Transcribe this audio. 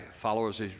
followers